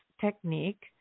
technique